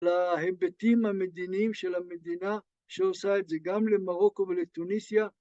להיבטים המדיניים של המדינה שעושה את זה גם למרוקו ולטוניסיה.